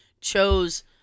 chose